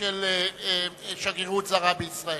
של שגרירות זרה בישראל.